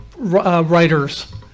Writers